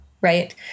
right